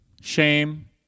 shame